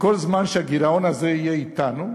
וכל זמן שהגירעון הזה יהיה אתנו,